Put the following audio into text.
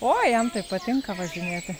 o jam tai patinka važinėtis